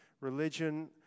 religion